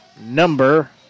number